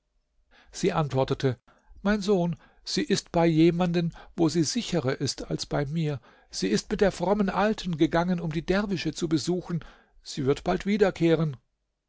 sie antwortete mein sohn sie ist bei jemanden wo sie sicherer ist als bei mir sie ist mit der frommen alten gegangen um die derwische zu besuchen sie wird bald wiederkehren